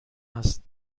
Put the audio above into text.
است